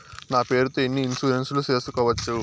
నా పేరుతో ఎన్ని ఇన్సూరెన్సులు సేసుకోవచ్చు?